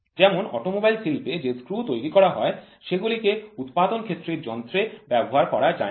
যেমন অটোমোবাইল শিল্পে যে স্ক্রু তৈরি করা হয় সেগুলিকে উৎপাদন ক্ষেত্রের যন্ত্রে ব্যবহার করা যায়না